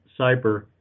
cyber